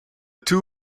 two